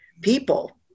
people